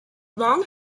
long